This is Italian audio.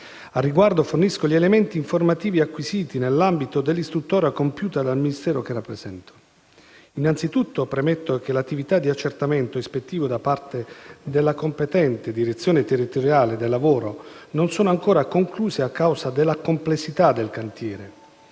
Al riguardo, fornisco gli elementi informativi acquisiti nell'ambito dell'istruttoria compiuta dal Ministero che rappresento. Innanzitutto premetto che le attività di accertamento ispettivo da parte della competente direzione territoriale del lavoro non sono ancora concluse a causa della complessità del cantiere,